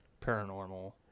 paranormal